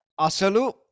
Asalu